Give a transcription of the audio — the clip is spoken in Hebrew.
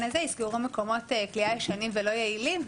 הזה יסגרו מקומות כליאה ישנים ולא יעילים,